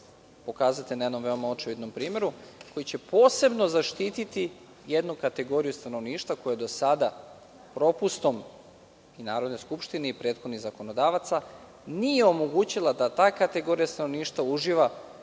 pokazati na jednom veoma očiglednom primeru, posebno zaštiti jednu kategoriju stanovništva koja do sada propustom Narodne skupštine i prethodnih zakonodavaca nije omogućila da ta kategorija stanovništva uživa